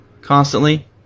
constantly